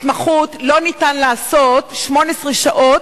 התמחות לא ניתן לעשות 18 שעות,